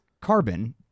carbon